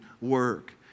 work